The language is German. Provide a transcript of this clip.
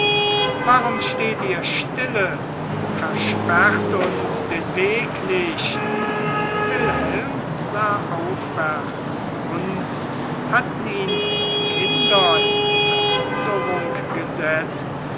warum steht ihr stille versperrt uns den weg nicht wilhelm sah aufwärts und hatten ihn die kinder in verwunderung gesetzt